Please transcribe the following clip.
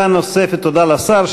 תודה לשר.